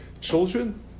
Children